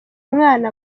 umwana